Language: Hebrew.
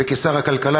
כשר הכלכלה,